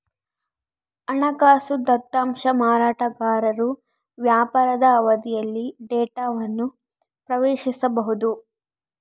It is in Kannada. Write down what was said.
ಹಣಕಾಸು ದತ್ತಾಂಶ ಮಾರಾಟಗಾರರು ವ್ಯಾಪಾರದ ಅವಧಿಯಲ್ಲಿ ಡೇಟಾವನ್ನು ಪ್ರವೇಶಿಸಬೊದು